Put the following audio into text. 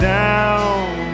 down